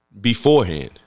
beforehand